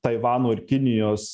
taivano ir kinijos